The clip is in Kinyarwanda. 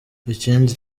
ikindi